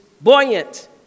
buoyant